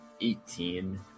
eighteen